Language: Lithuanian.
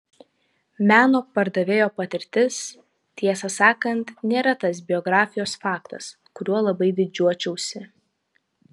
meno pardavėjo patirtis tiesą sakant nėra tas biografijos faktas kuriuo labai didžiuočiausi